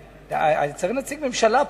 צריך נציג ממשלה פה.